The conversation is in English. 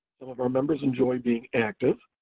some of our members enjoy being active,